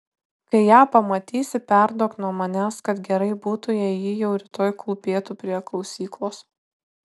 kai ją pamatysi perduok nuo manęs kad gerai būtų jei ji jau rytoj klūpėtų prie klausyklos